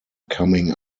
coming